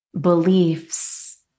beliefs